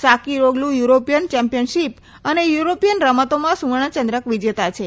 Sakiroglu European championship અને European રમતોમાં સુવર્ણ ચંદ્રક વિજેતા છે